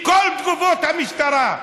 כל תגובות המשטרה: